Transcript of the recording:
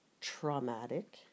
traumatic